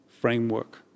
framework